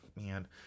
Man